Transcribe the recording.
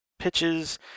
pitches